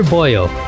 Boyle